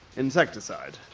insecticide.